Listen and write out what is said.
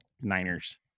Niners